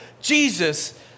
jesus